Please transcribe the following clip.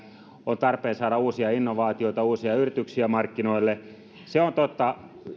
on tarpeen saada uusia innovaatioita uusia yrityksiä markkinoille se kritiikki on totta